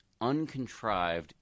uncontrived